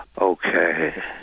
Okay